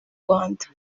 rwanda